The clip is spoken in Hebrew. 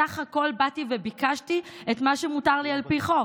סך הכול באתי וביקשתי את מה שמותר לי על פי חוק,